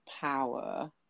power